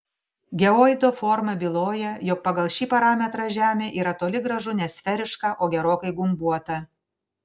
geoido forma byloja jog pagal šį parametrą žemė yra toli gražu ne sferiška o gerokai gumbuota